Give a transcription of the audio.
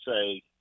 say